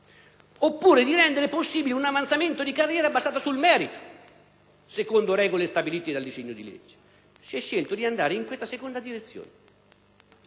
oppure di rendere possibile un avanzamento di carriera basato sul merito, secondo regole stabilite dal disegno di legge. Si è scelto di andare in questa seconda direzione,